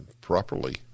properly